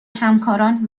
همکاران